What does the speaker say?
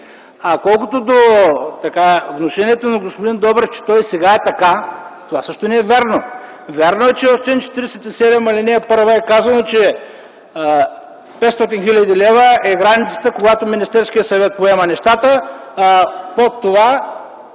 Колкото до внушението на господин Добрев, че то и сега е така, това също не е вярно. Вярно е, че в чл. 47, ал. 1 е казано, че 500 хил. лв. е границата, когато Министерският съвет поема нещата.